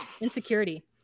insecurity